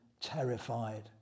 terrified